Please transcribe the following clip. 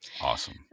Awesome